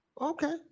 Okay